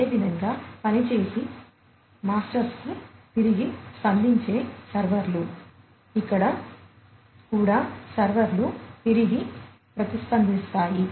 అదే విధంగా పని చేసి మాస్టర్స్కు తిరిగి స్పందించే సర్వర్లు ఇక్కడ కూడా సర్వర్లు తిరిగి ప్రతిస్పందిస్తారు